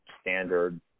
standard